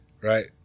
right